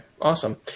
awesome